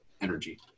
energy